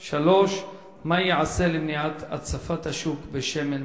3. מה ייעשה למניעת הצפת השוק בשמן מזויף?